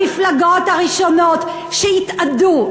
המפלגות הראשונות שהתאדו,